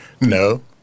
No